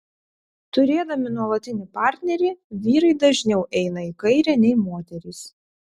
turėdami nuolatinį partnerį vyrai dažniau eina į kairę nei moterys